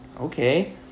Okay